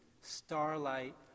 starlight